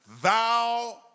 Thou